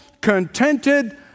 contented